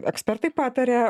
ekspertai pataria